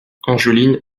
angeline